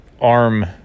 arm